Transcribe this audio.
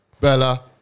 Bella